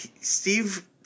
Steve